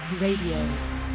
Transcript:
Radio